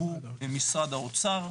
שהוא משרד האוצר.